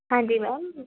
ਹਾਂਜੀ ਮੈਮ